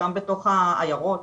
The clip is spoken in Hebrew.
בתוך העיירות,